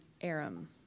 Aram